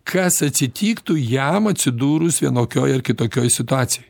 kas atsitiktų jam atsidūrus vienokioj ar kitokioj situacijoj